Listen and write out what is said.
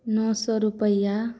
नओ सओ रुपैआ